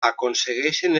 aconsegueixen